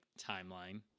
timeline